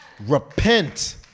repent